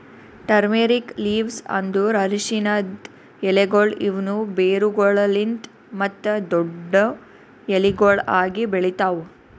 turmeric leaves ಅಂದುರ್ ಅರಶಿನದ್ ಎಲೆಗೊಳ್ ಇವು ಬೇರುಗೊಳಲಿಂತ್ ಮತ್ತ ದೊಡ್ಡು ಎಲಿಗೊಳ್ ಆಗಿ ಬೆಳಿತಾವ್